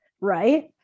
right